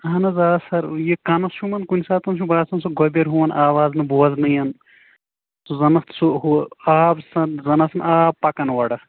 اَہَن حظ آ سَر یہِ کَنَس چھُم کُنہِ ساتہٕ چھُم باسان سُہ گۄبیٚر ہیٛوٗ آواز نہٕ بوٚزنٕے زَن اَتھ سُہ ہُہ آب س زَن اَتھ آب پَکَان اورٕ